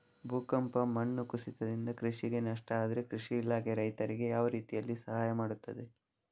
ಭೂಕಂಪ, ಮಣ್ಣು ಕುಸಿತದಿಂದ ಕೃಷಿಗೆ ನಷ್ಟ ಆದ್ರೆ ಕೃಷಿ ಇಲಾಖೆ ರೈತರಿಗೆ ಯಾವ ರೀತಿಯಲ್ಲಿ ಸಹಾಯ ಮಾಡ್ತದೆ?